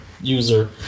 user